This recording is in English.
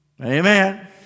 Amen